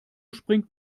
springt